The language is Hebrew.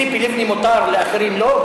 מה, לציפי לבני מותר ולאחרים לא?